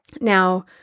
Now